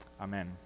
Amen